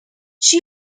she